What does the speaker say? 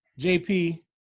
JP